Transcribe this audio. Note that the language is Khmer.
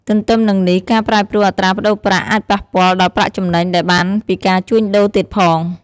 ទទ្ទឹមនឹងនេះការប្រែប្រួលអត្រាប្តូរប្រាក់អាចប៉ះពាល់ដល់ប្រាក់ចំណេញដែលបានពីការជូញដូរទៀតផង។